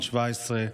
בן 17,